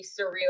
surreal